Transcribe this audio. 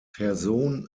person